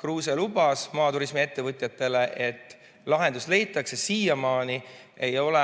Kruuse lubas maaturismiettevõtjatele, et lahendus leitakse, siiamaani ei ole